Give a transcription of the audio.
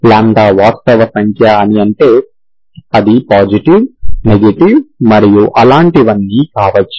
λ వాస్తవ సంఖ్య అని అంటే అది పాజిటివ్ నెగటివ్ మరియు అలాంటివన్నీ కావచ్చు